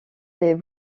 les